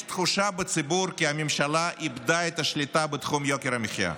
יש תחושה בציבור שהממשלה איבדה את השליטה בתחום יוקר המחיה,